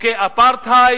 חוקי אפרטהייד,